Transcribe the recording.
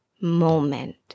moment